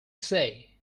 say